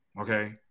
okay